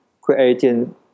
creating